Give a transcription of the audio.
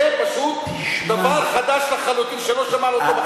זה פשוט דבר חדש לחלוטין, שלא שמענו קודם.